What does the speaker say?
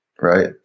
Right